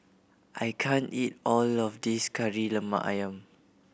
I can't eat all of this Kari Lemak Ayam